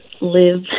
live